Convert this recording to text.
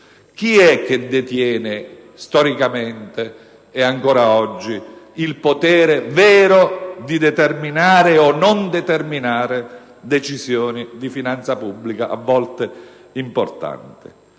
chi detiene storicamente e ancora oggi il potere vero di determinare o meno decisioni di finanza pubblica, a volte importanti,